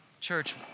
Church